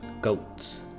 goats